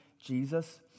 Jesus